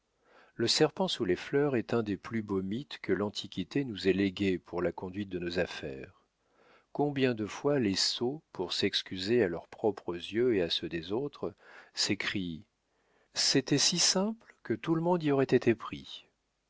le serpent sous les fleurs est un des plus beaux mythes que l'antiquité nous ait légués pour la conduite de nos affaires combien de fois les sots pour s'excuser à leurs propres yeux et à ceux des autres s'écrient c'était si simple que tout le monde y aurait été pris